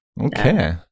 okay